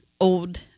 old